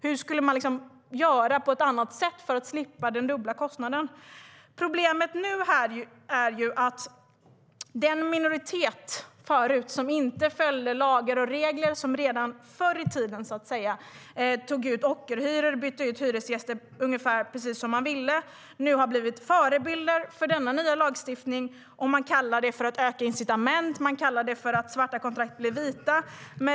Hur skulle man göra på något annat sätt för att slippa den dubbla kostnaden? Problemet nu är att den minoritet som tidigare inte följde lagar och regler och som redan tog ut ockerhyror och bytte hyresgäster som de ville nu har blivit förebilder för den nya lagstiftningen. Man kallar det för att öka incitamenten och att svarta kontrakt blir vita.